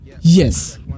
Yes